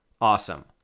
Awesome